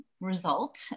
result